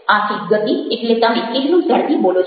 આથી ગતિ એટલે તમે કેટલું ઝડપી બોલો છો